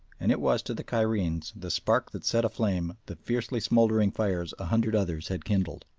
and it was to the cairenes the spark that set aflame the fiercely smouldering fires a hundred others had kindled.